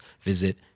visit